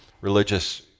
religious